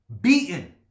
beaten